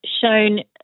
shown